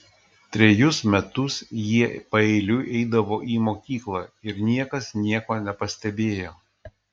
trejus metus jie paeiliui eidavo į mokyklą ir niekas nieko nepastebėjo